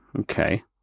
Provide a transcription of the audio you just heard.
Okay